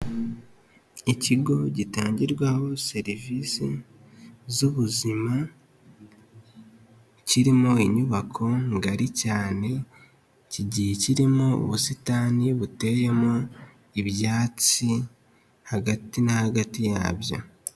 Ikigo gitangirwaho serivisi z'ubuzima, kirimo inyubako ngari cyane kigiye kirimo ubusitani buteyemo ibyatsi hagati na hagati yabyo.